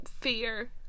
fear